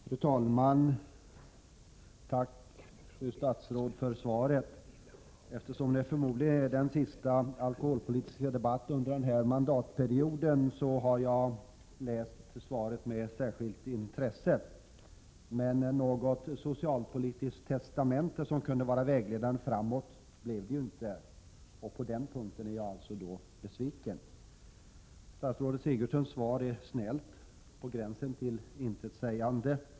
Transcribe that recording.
Fru talman! Jag tackar fru statsrådet för svaret. Eftersom detta förmodligen är den sista alkoholpolitiska debatten under denna mandatperiod, har jag läst svaret med särskilt intresse. Något socialpolitiskt testamente som kunde vara vägledande framåt blev svaret tyvärr inte. På den punkten är jag alltså besviken. Statsrådet Sigurdsens svar är snällt, på gränsen till intetsägande.